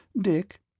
Dick